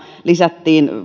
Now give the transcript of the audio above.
lisättiin